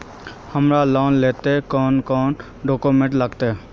हमरा लोन लेले कौन कौन डॉक्यूमेंट लगते?